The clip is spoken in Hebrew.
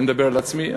אני מדבר על עצמי,